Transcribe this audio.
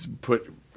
put